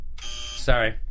Sorry